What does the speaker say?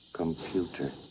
computer